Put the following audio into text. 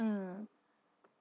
mm